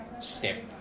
step